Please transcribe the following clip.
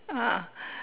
uh